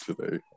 today